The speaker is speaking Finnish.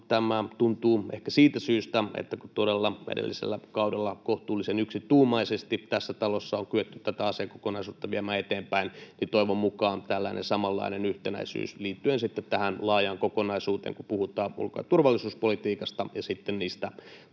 tämä tuntuu ehkä siitä syystä, että todella edellisellä kaudella kohtuullisen yksituumaisesti tässä talossa on kyetty tätä asiakokonaisuutta viemään eteenpäin, ja toivon mukaan säilyy tällainen samanlainen yhtenäisyys liittyen tähän laajaan kokonaisuuteen, kun puhutaan ulko- ja turvallisuuspolitiikasta ja sitten niistä toimeenpanoon